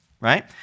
right